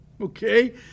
Okay